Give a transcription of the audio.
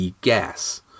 gas